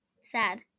Sad